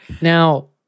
Now –